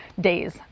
days